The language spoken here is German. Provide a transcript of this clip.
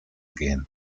gehen